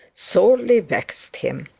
sorely vexed him.